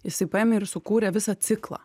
jisai paėmė ir sukūrė visą ciklą